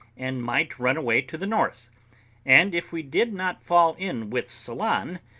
and might run away to the north and if we did not fall in with ceylon,